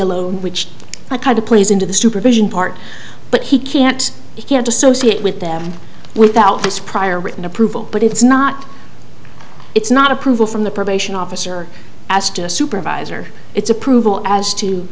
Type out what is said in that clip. alone which i kind of plays into the supervision part but he can't he can't associate with them without this prior written approval but it's not it's not approval from the probation officer as to a supervisor its approval as to